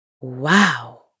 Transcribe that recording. Wow